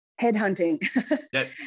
Headhunting